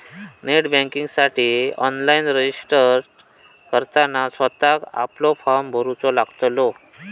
net बँकिंगसाठी online registered करताना स्वतःक आपलो फॉर्म भरूचो लागतलो